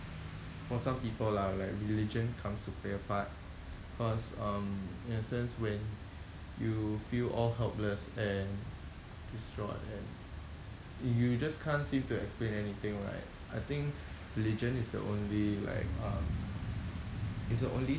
for some people lah like religion comes to play a part cause um in a sense when you feel all helpless and destroyed and you just can't seem to explain anything right I think religion is the only like um it's the only